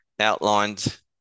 outlined